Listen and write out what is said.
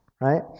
right